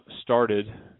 started